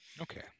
Okay